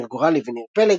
ניר גורלי וניר פלג,